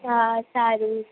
હા સારું